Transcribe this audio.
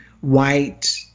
white